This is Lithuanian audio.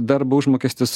darbo užmokestis